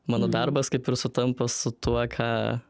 mano darbas kaip ir sutampa su tuo ką